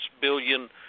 billion